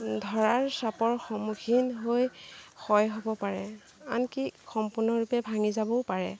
ধৰাৰ চাপৰ সন্মুখীন হৈ ক্ষয় হ'ব পাৰে আনকি সম্পূৰ্ণৰূপে ভাঙি যাবও পাৰে